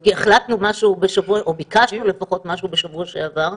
כי החלטנו או ביקשנו משהו בשבוע שעבר,